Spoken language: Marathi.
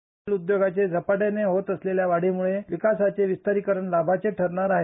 बाईट उद्योगाच्या झटपाटीनं होत असलेल्या वाढीनं विकासाचे विस्तारीकरण लाभाचे ठरले आहे